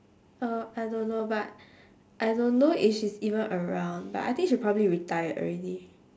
uh I don't know but I don't know if she's even around but I think she probably retired already